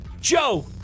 Joe